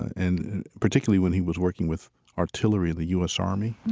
and particularly when he was working with artillery in the u s. army